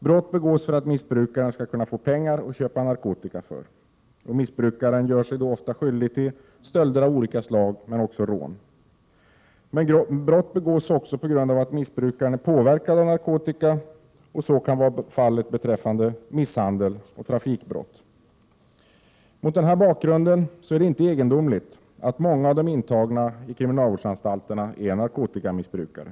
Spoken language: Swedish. Brott begås för att missbrukaren skall kunna få pengar att köpa narkotika för. Missbrukaren gör sig då ofta skyldig till stölder av olika slag men också till rån. Brott begås också på grund av att missbrukaren är påverkad av narkotika. Så kan vara fallet beträffande misshandel och trafikbrott. Mot denna bakgrund är det inte egendomligt att många av de intagna i kriminalvårdsanstalterna är narkotikamissbrukare.